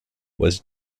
was